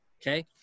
okay